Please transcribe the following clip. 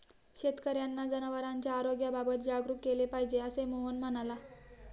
शेतकर्यांना जनावरांच्या आरोग्याबाबत जागरूक केले पाहिजे, असे मोहन म्हणाला